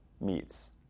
meets